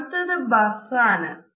അടുത്തത് ബസ് ആണ്